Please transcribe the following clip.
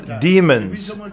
demons